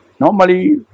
normally